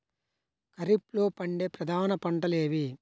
ఖరీఫ్లో పండే ప్రధాన పంటలు ఏవి?